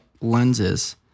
lenses